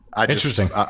Interesting